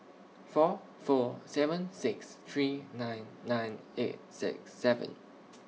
four four seven six three nine nine eight six seven